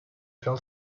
fell